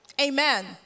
Amen